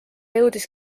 jõudis